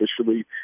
officially